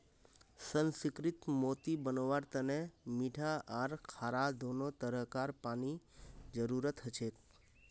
सुसंस्कृत मोती बनव्वार तने मीठा आर खारा दोनों तरह कार पानीर जरुरत हछेक